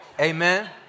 Amen